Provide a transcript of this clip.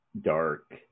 dark